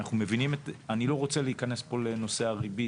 אני לא רוצה להיכנס פה לנושא הריבית,